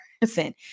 person